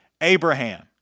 Abraham